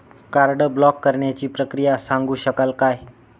Card block करण्याची प्रक्रिया सांगू शकाल काय?